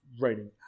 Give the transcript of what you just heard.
writing